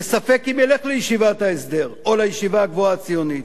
וספק אם ילך לישיבת ההסדר או לישיבה הגבוהה הציונית,